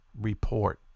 report